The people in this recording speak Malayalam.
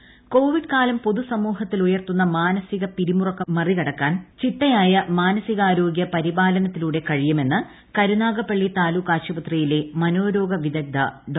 നീതു ഇൻട്രോ കോവിഡ് കാലം പൊതുസമൂഹത്തിൽ ഉയർത്തുന്ന മാനസിക പിരിമുറുക്കം മറികടക്കാൻ ചിട്ടയായ മാനസികാരോഗൃ പരിപാലനത്തിലൂടെ കഴിയുമെന്ന് കരുനാ്ഗ്ലപ്പള്ളി താലൂക്ക് ആശുപത്രിയിലെ മനോരോഗ വിദഗ്ദ്ധൂ ഡോ